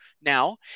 now